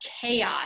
chaos